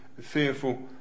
fearful